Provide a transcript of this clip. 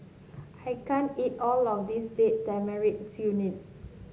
I can't eat all of this Date Tamarind Chutney